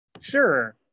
Sure